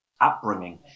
upbringing